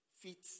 feet